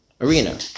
Arena